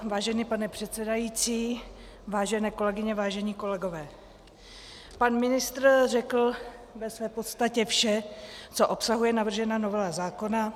Vážený pane předsedající, vážené kolegyně, vážení kolegové, pan ministr řekl v podstatě vše, co obsahuje navržená novela zákona.